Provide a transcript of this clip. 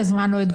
הזאת.